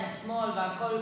עם השמאל והכול,